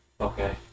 Okay